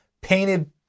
painted